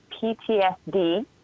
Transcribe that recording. PTSD